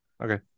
Okay